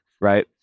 Right